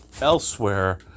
elsewhere